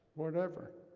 whatever.